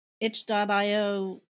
itch.io